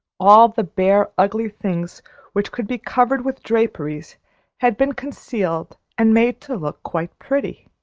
all the bare, ugly things which could be covered with draperies had been concealed and made to look quite pretty.